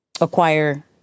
acquire